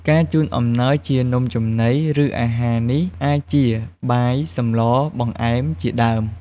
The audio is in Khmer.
ការជូនអំណោយជានំចំណី ឬ អាហារនេះអាចជា បាយ សម្ល បង្អែម ជាដើម។